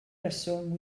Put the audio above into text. reswm